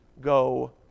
go